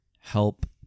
help